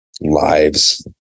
lives